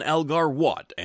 Algar-Watt